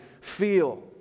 feel